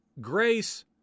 grace